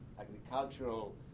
agricultural